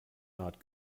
not